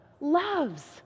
Loves